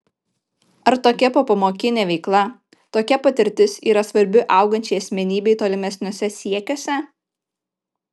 ar tokia popamokinė veikla tokia patirtis yra svarbi augančiai asmenybei tolimesniuose siekiuose